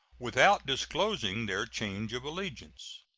without disclosing their change of allegiance.